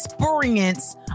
experience